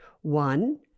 One